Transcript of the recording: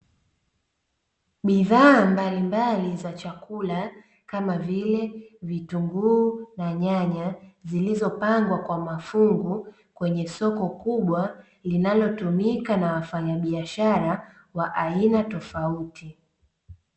Bidhaa mbalimbali za chakula, kama vile vitunguu na nyanya, zilizopangwa kwa mafungu kwenye soko kubwa linalotumika na wafanyabiashara wa aina tofauti.